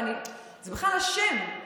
זה בכלל השם,